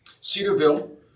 Cedarville